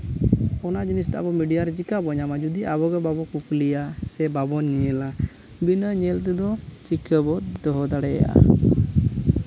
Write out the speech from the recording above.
ᱚᱱᱟ ᱡᱤᱱᱤᱥ ᱟᱵᱚ ᱢᱤᱰᱤᱭᱟ ᱨᱮ ᱪᱤᱠᱟ ᱵᱚᱱ ᱧᱟᱢᱟ ᱡᱩᱫᱤ ᱟᱵᱚᱜᱮ ᱵᱟᱵᱚ ᱠᱩᱠᱞᱤᱭᱟ ᱥᱮ ᱵᱟᱵᱚᱱ ᱧᱮᱞᱟ ᱵᱤᱱᱟᱹ ᱧᱮᱞ ᱛᱮᱫᱚ ᱪᱤᱠᱟᱹᱵᱚᱱ ᱫᱚᱦᱚ ᱫᱟᱲᱮᱭᱟᱜᱼᱟ